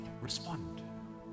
respond